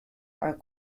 are